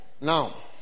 Now